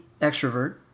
extrovert